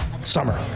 summer